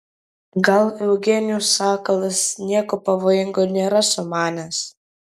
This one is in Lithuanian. gal eugenijus sakalas nieko pavojingo nėra sumanęs